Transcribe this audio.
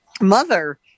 mother